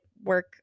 work